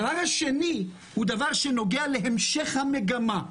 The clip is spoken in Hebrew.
הדבר השני נוגע להמשך המגמה,